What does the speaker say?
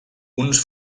uns